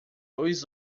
dois